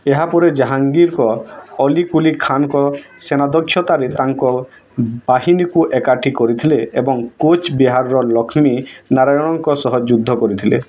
ଏହାପରେ ଜାହାଙ୍ଗୀର୍ଙ୍କ ଅଲି କୁଲି ଖାନ୍ଙ୍କ ସେନାଧ୍ୟକ୍ଷତାରେ ତାଙ୍କ ବାହିନୀକୁ ଏକାଠି କରିଥିଲେ ଏବଂ କୋଚ୍ ବିହାରର ଲକ୍ଷ୍ମୀ ନାରାୟଣଙ୍କ ସହ ଯୁଦ୍ଧ କରିଥିଲେ